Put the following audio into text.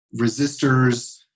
resistors